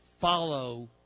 follow